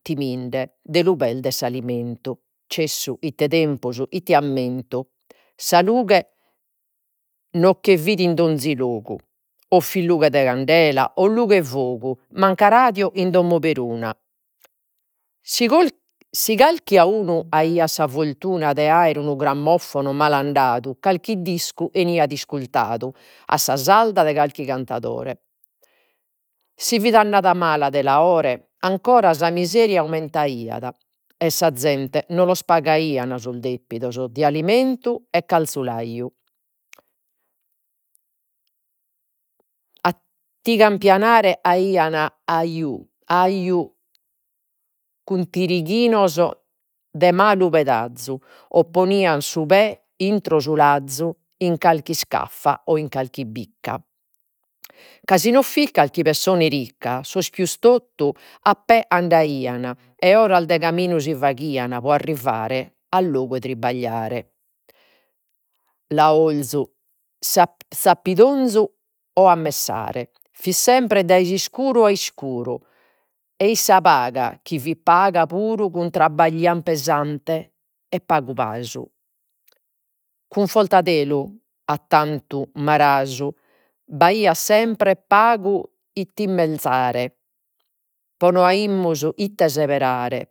Timinde de lu perdere s'alimentu. Cessu, ite tempus, ite ammentu, sa lughe che fit in donzi logu, o fit lughe de candela o lughe de fogu, mancu radio in domo peruna. Si carchi a unu aiat sa fortuna de aere unu grammofono malandadu, carchi discu eniat iscurtadu a sa sarda de carchi cantadore. Si fit annada mala de laore, ancora sa miseria aumentaiat, e sa zente non los pagaiat sos depidos, de alimentu e carzulaju. ti campianare aian cun tirighinos, de malu pedazzu, o ponias su pè intro su lazzu, in carchi iscaffa o in carchi bicca. Ca si no fit calchi pessone ricca, sos pius tottu a pè andaian, e oras de caminu si faghian pro arrivare a logu de tribagliare. Laorzu, zappittonzu o a messare. Fit sempre dai s'iscuru a iscuru ei sa paga, chi fit paga puru, cun trabagliu pesante e pagu pasu. a tantu marasu b'aiat sempre pagu ite immelzare pro no aimus ite seberare